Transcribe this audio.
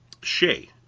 Shay